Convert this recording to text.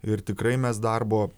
ir tikrai mes darbo